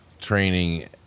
training